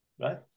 Right